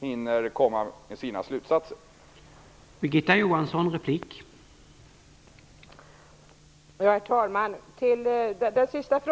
hinner komma med sina slutsatser inom den planerade tidsramen.